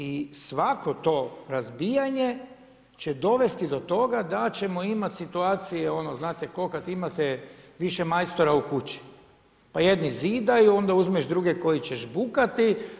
I svako to razbijanje će dovesti do toga da ćemo imat situacije ono znate kao kad imate više majstora u kući, pa jedni zidaju, onda uzmeš druge koji će žbukati.